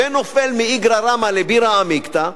ונופל מאיגרא רמא לבירא עמיקתא,